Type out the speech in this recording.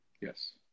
yes